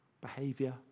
behavior